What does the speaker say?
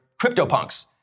CryptoPunks